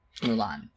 Mulan